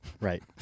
Right